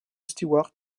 stewart